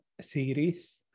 series